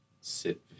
sit